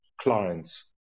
clients